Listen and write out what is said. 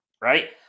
Right